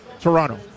Toronto